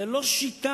זה לא שיטה.